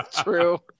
true